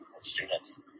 students